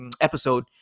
episode